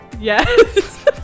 Yes